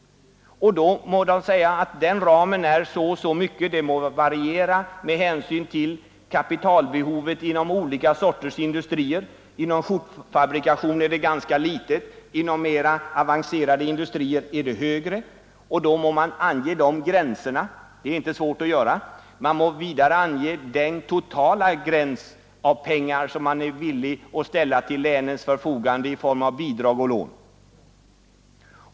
Ramen kan vara så och så stor; det kan variera med hänsyn till kapitalbehovet i olika industrier. För skjortfabrikation är kapitalbehovet ganska litet, och inom mera avancerade industrier är det större. Då må man ange de gränserna. Det är inte svårt. Vidare må man ange det totala belopp som kan ställas till länens förfogande i form av bidrag och lån.